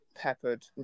peppered